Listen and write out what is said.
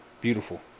Beautiful